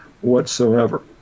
whatsoever